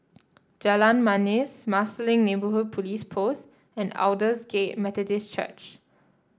Jalan Manis Marsiling Neighbourhood Police Post and Aldersgate Methodist Church